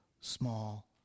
small